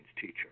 teacher